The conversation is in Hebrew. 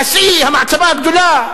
נשיא המעצמה הגדולה.